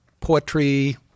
poetry